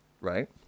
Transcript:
right